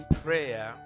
prayer